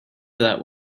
that